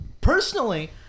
personally